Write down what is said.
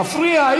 מפריע.